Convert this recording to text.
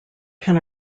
can